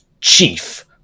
Chief